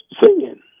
singing